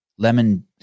lemon